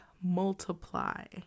multiply